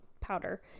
powder